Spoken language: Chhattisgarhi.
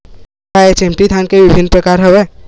का एच.एम.टी धान के विभिन्र प्रकार हवय?